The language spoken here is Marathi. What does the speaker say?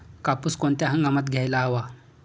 कापूस कोणत्या हंगामात घ्यायला हवा?